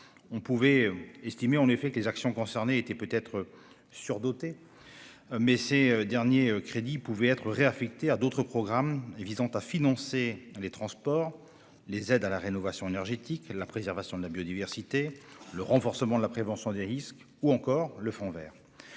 On pouvait certes estimer que les actions concernées étaient surdotées, mais ces crédits auraient pu être réaffectés à d'autres programmes visant à financer les transports, les aides à la rénovation énergétique, la préservation de la biodiversité, le renforcement de la prévention des risques ou encore le fonds vert.